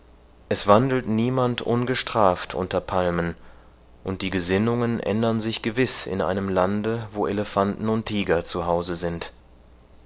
es wandelt niemand ungestraft unter palmen und die gesinnungen ändern sich gewiß in einem lande wo elefanten und tiger zu hause sind